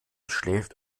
schläft